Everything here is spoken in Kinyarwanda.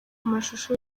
mashusho